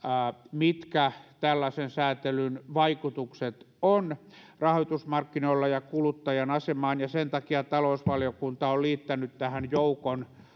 mitkä tällaisen säätelyn vaikutukset ovat rahoitusmarkkinoilla ja kuluttajan asemaan ja sen takia talousvaliokunta on liittänyt tähän joukon